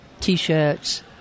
T-shirts